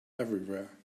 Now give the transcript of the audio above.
everywhere